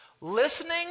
Listening